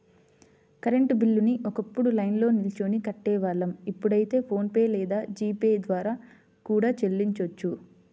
current బిల్లుని ఒకప్పుడు లైన్లో నిల్చొని కట్టేవాళ్ళం ఇప్పుడైతే ఫోన్ పే లేదా జీ పే ద్వారా కూడా చెల్లించొచ్చు